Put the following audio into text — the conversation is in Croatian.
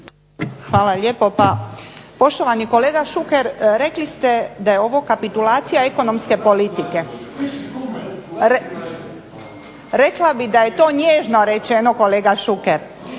Hvala lijepo. Pa poštovani kolega Šuker rekli ste da je ovo kapitulacija ekonomske politike. Rekla bih da je to nježno rečeno kolega Šuker.